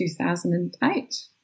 2008